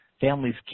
families